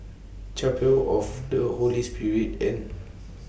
Chapel of The Holy Spirit and